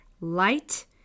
Light